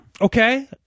Okay